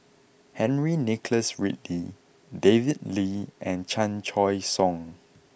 Henry Nicholas Ridley David Lee and Chan Choy Siong